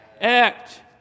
act